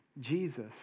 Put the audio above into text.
Jesus